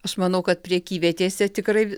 aš manau kad prekyvietėse tikrai